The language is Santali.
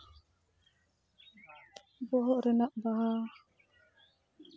ᱵᱚᱦᱚᱜ ᱨᱮᱱᱟᱜ ᱵᱟᱦᱟ